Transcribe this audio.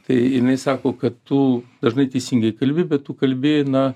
kai jinai sako kad tu dažnai teisingai kalbi bet tu kalbi na